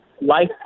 life